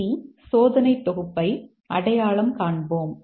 C சோதனை தொகுப்பை அடையாளம் காண்போம்